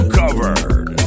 covered